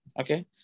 okay